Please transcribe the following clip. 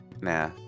nah